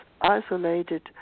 isolated